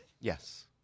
Yes